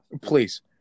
please